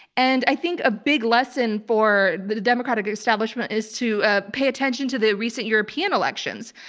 and i think a big lesson for the democratic establishment is to ah pay attention to the recent european elections.